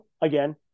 Again